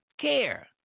care